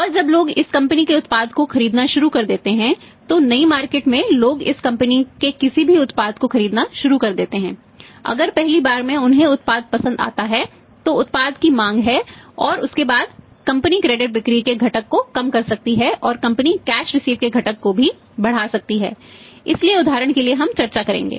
और जब लोग इस कंपनी के उत्पाद को खरीदना शुरू कर देते हैं तो नई मार्केट के घटक को बढ़ा सकती है इसलिए उदाहरण के लिए हम चर्चा करेंगे